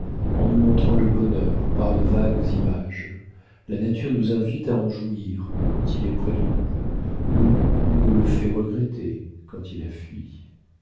en nous montrant le bonheur par de vagues images la nature nous invite à en jouir quand il est près de nous ou nous le fait regretter quand il a fui